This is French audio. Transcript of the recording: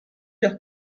leur